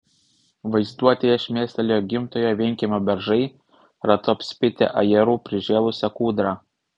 vaizduotėje šmėstelėjo gimtojo vienkiemio beržai ratu apspitę ajerų prižėlusią kūdrą